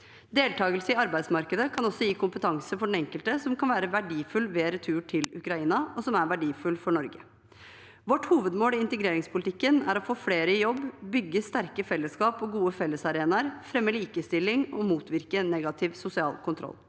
Deltakelse i arbeidsmarkedet kan også gi kompetanse for den enkelte som kan være verdifull ved retur til Ukraina, og som er verdifull for Norge. Vårt hovedmål i integreringspolitikken er å få flere i jobb, bygge sterke fellesskap og gode fellesarenaer, fremme likestilling og motvirke negativ sosial kontroll.